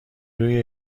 روی